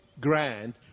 grand